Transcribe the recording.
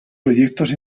proyectos